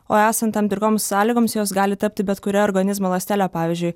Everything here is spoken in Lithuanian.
o esant tam tikroms sąlygoms jos gali tapti bet kuria organizmo ląstele pavyzdžiui